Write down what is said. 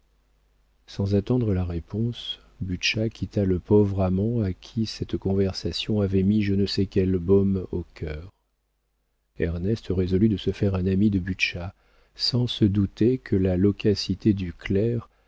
sans attendre la réponse butscha quitta le pauvre amant à qui cette conversation avait mis je ne sais quel baume au cœur ernest résolut de se faire un ami de butscha sans se douter que la loquacité du